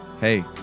Hey